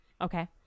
Okay